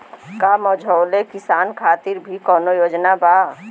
का मझोले किसान खातिर भी कौनो योजना बा?